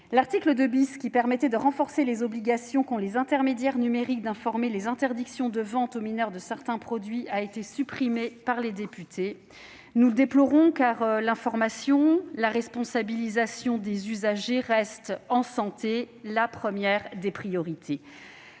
L'article 2 permettait de renforcer les obligations applicables aux intermédiaires numériques d'informer sur les interdictions de vente aux mineurs de certains produits. Il a été supprimé par les députés. Nous le déplorons, car l'information et la responsabilisation des usagers restent, en matière de santé, les premières des priorités.